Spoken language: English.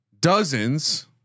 dozens